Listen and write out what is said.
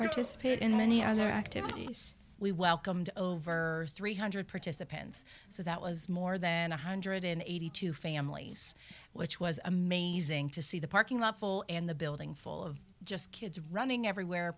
participate in many other activities we welcomed over three hundred participants so that was more than one hundred eighty two families which was amazing to see the parking lot full and the building full of just kids running everywhere